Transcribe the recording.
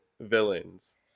villains